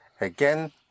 Again